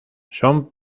son